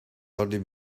only